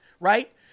right